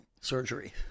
surgery